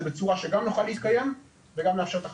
זה בצורה שגם נוכל להתקיים וגם לאפשר את החשיפה,